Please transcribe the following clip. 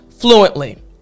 fluently